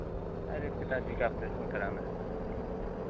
आरे पिता जी का ऑपरेशन कराना है